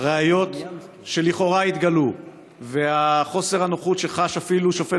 הראיות שלכאורה התגלו וחוסר הנוחות שחש אפילו שופט